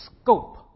scope